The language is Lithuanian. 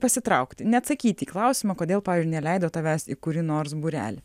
pasitraukti neatsakyti į klausimą kodėl pavyzdžiui neleido tavęs į kurį nors būrelį